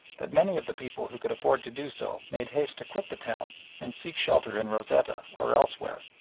that many of the people who could afford to do so made haste to quit the town and seek shelter in rosetta or elsewhere,